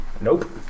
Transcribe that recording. Nope